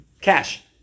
Cash